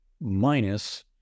minus